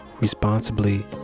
responsibly